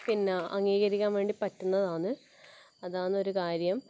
പിന്നെ അംഗീകരിക്കാൻ വേണ്ടി പറ്റുന്നതാണ് അതാണ് ഒരു കാര്യം